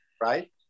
right